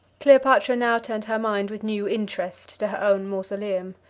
cleopatra now turned her mind with new interest to her own mausoleum.